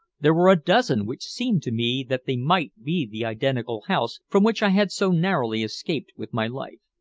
there were a dozen which seemed to me that they might be the identical house from which i had so narrowly escaped with my life.